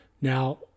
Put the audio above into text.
Now